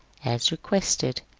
as requested,